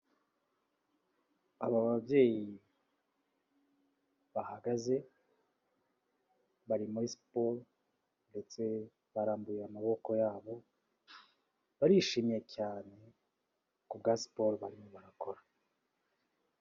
Aba babyeyi bahagaze bari muri siporo ndetse barambuye amaboko yabo, barishimye cyane kubwa siporo barimo barakora.